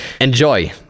enjoy